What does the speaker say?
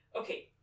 Okay